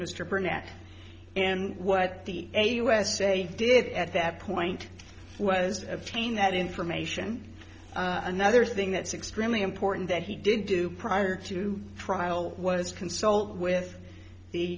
mr burnett and what the a usa did at that point was obtain that information another thing that's extremely important that he didn't do prior to trial was consult with the